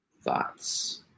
thoughts